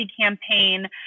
campaign